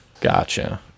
Gotcha